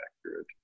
accurate